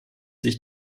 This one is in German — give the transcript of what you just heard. sich